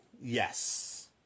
Yes